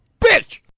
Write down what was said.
bitch